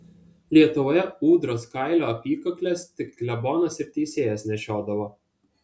lietuvoje ūdros kailio apykakles tik klebonas ir teisėjas nešiodavo